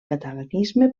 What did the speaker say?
catalanisme